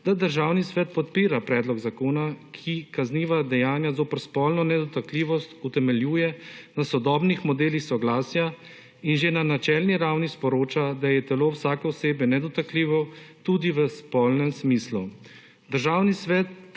da Državni svet podpira predlog zakona, ki kazniva dejanja zoper spolno nedotakljivost utemeljuje v sodobnih modelih soglasja in že na načelni ravni sporoča, da je telo vsake osebe nedotakljivo tudi v spolnem smislu.